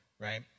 right